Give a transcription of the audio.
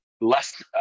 less